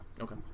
Okay